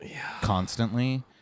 constantly